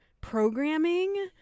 programming